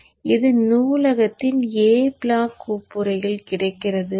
எனவே இது நூலகத்தின் A block கோப்புறையில் கிடைக்கிறது